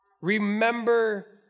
Remember